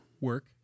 work